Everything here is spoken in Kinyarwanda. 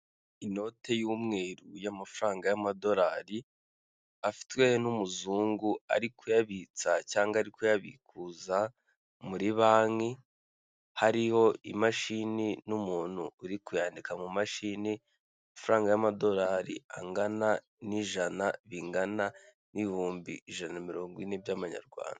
Inote y'umweru y'amafaranga y'amadolari afitwe n'umuzungu ari kuyabitsa cyangwa ari kuyabikuza muri banki, hariho imashini n'umuntu uri kuyandika mu mashini, amafaranga y'amadolari angana n'ijana bingana n'ibihumbi ijana na mirongo ine by'amanyarwanda.